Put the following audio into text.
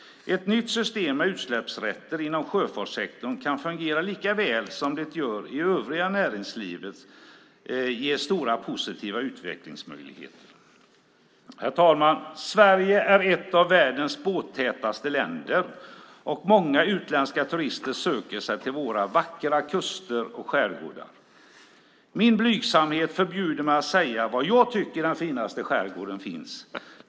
Ett nytt system med utsläppsrätter inom sjöfartssektorn kan fungera lika väl som det gör i det övriga näringslivet och ge stora positiva utvecklingsmöjligheter. Herr talman! Sverige är ett av världens båttätaste länder. Många utländska turister söker sig till våra vackra kuster och skärgårdar. Min blygsamhet förbjuder mig att säga var jag tycker att den finaste skärgården finns.